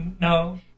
No